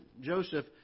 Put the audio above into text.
Joseph